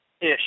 Ish